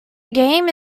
game